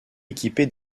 équipé